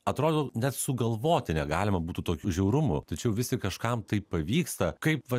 atrodo net sugalvoti negalima būtų tokių žiaurumų tačiau vis tik kažkam tai pavyksta kaip va